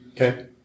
okay